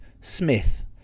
smith